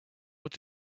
what